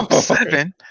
seven